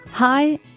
Hi